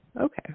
Okay